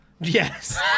Yes